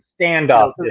standoff